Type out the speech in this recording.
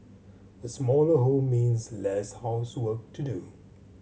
a smaller home means less housework to do